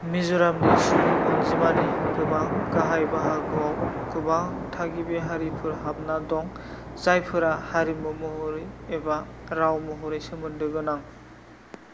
मिज'रामनि सुबुं अनजिमानि गोबां गाहाय बाहागोआव गोबां थागिबि हारिफोर हाबना दं जायफोरा हारिमु महरै एबा राव महरै सोमोन्दो गोनां